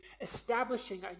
establishing